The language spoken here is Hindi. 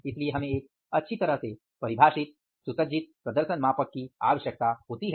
इसलिए हमें एक अच्छी तरह से परिभाषित सुसज्जित प्रदर्शन मापक की आवश्यकता है